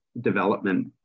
development